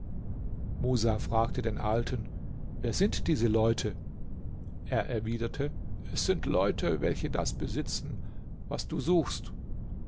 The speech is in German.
musa fragte den alten wer sind diese leute er erwiderte es sind leute welche das besitzen was du suchst